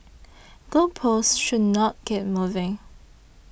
goal posts should not keep moving